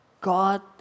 God